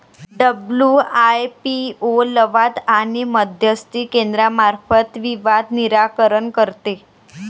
WIPO लवाद आणि मध्यस्थी केंद्रामार्फत विवाद निराकरण करते